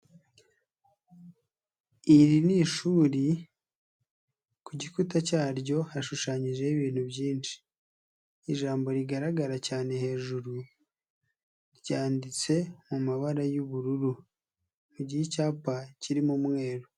Iri ni ishuri, ku gikuta cyaryo hashushanyijeho ibintu byinshi. Ijambo rigaragara cyane hejuru, ryanditse mumabara y'ubururu. Mu gihe icyapa kirimo umweru.